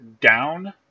down